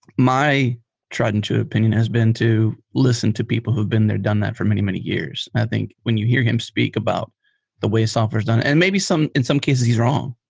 my tried-and-true opinion has been to listen to people who've been there, done that for many, many years. i think when you hear him speak about the way software is done and maybe in some cases he's wrong,